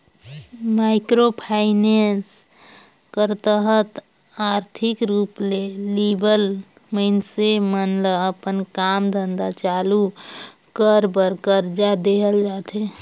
micro finance कर तहत आरथिक रूप ले लिबल मइनसे मन ल अपन काम धंधा चालू कर बर करजा देहल जाथे